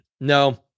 No